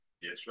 Yes